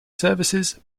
services